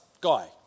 guy